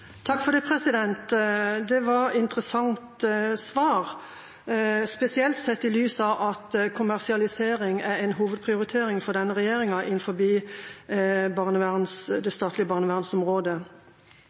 Det var et interessant svar, spesielt sett i lys av at kommersialisering er en hovedprioritering for denne regjeringa